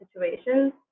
situations